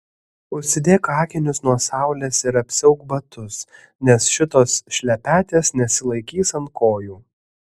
užsidėk akinius nuo saulės ir apsiauk batus nes šitos šlepetės nesilaikys ant kojų